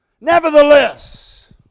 Nevertheless